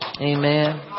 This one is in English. Amen